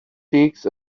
takes